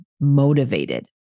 motivated